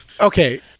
Okay